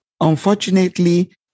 Unfortunately